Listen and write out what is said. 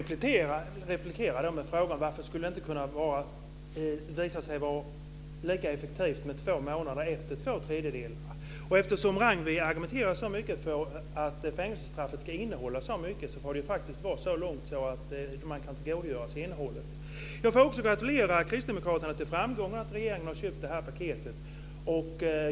Herr talman! Jag replikerar då med frågan: Varför skulle det inte kunna visa sig vara lika effektivt med två månader efter det att två tredjedelar av straffet är avtjänat? Eftersom Ragnwi Marcelind argumenterar så mycket för att fängelsestraffet ska innehålla så mycket så måste det ju vara så långt att man kan tillgodogöra sig innehållet. Jag får också gratulera kristdemokraterna till framgången att regeringen har köpt detta paket.